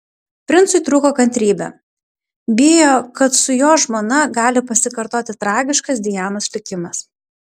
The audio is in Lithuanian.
princui trūko kantrybė bijo kad su jo žmona gali pasikartoti tragiškas dianos likimas